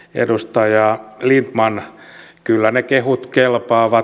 edustaja lindtman kyllä ne kehut kelpaavat